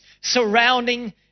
surrounding